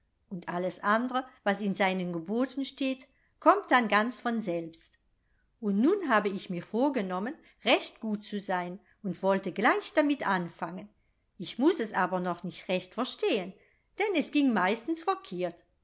und alles andre was in seinen geboten steht kommt dann ganz von selbst und nun habe ich mir vorgenommen recht gut zu sein und wollte gleich damit anfangen ich muß es aber noch nicht recht verstehen denn es ging meistens